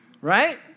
Right